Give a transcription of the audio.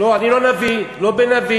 לא, אני לא נביא, לא בן נביא,